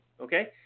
Okay